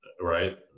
right